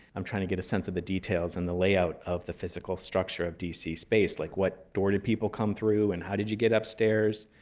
i'm trying to get a sense of the details and the layout of the physical structure of d c. space. like what door did people come through, and how did you get upstairs?